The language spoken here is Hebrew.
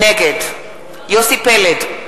נגד יוסי פלד,